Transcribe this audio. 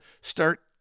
start